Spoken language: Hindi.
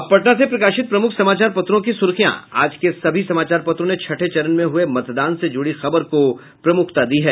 अब पटना से प्रकाशित प्रमुख समाचार पत्रों की सुर्खियां आज के सभी समाचार पत्रों ने छठे चरण में हुये मतदान से जुड़ी खबर को प्रमुखता दी है